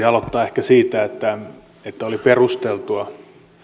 aloittaa ehkä siitä että että oli perusteltua